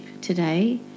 today